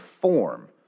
form